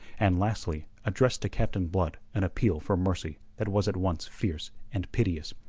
and lastly, addressed to captain blood an appeal for mercy that was at once fierce and piteous.